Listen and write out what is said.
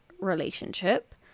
Relationship